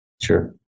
Sure